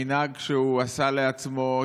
להמשיך את המנהג שהוא עשה לעצמו,